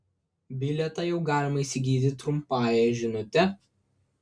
bilietą jau galima įsigyti trumpąja žinute